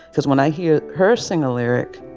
because when i hear her sing a lyric,